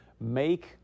make